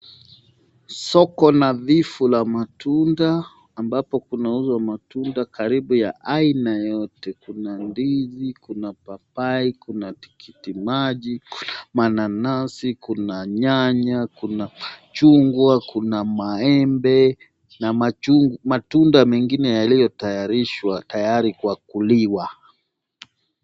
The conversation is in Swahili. Soko nativu la matunda ambapo kunauuzwa matunda karibu ya aina yoyote Kuna ndizi, Kuna paipai, Kuna tikiti maji , Kuna mananasi ,Kuna nyanya, Kuna machungwa, Kuna maembe na matunda mengine yaliyo tayarishwa tayari kuliwa.